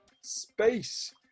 space